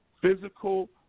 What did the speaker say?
physical